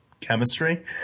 chemistry